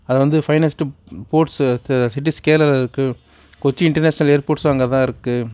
அது வந்து finest ports cities கேரளால இருக்க கொச்சி இன்டர்நேஷ்னல் ஏர்ப்போட்சும் அங்கே தான் இருக்குது